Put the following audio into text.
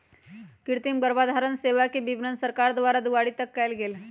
कृतिम गर्भधारण सेवा के वितरण सरकार द्वारा दुआरी तक कएल गेल